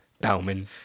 Bowman